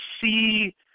see